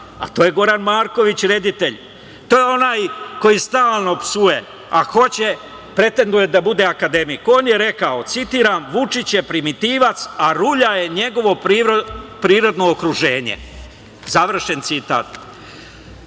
a to je Goran Marković, reditelj. To je onaj koji stalno psuje a hoće, pretenduje, da bude akademik. On je rekao, citiram - „Vučić je primitivac, a rulja je njegovo prirodno okruženje“, završen citat.